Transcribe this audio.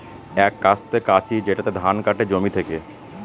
এক কাস্তে কাঁচি যেটাতে ধান কাটে জমি থেকে